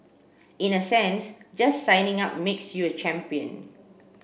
in a sense just signing up makes you a champion